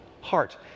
heart